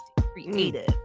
creative